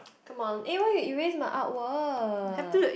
come on eh why you erase my artwork